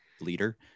leader